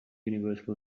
universal